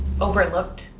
overlooked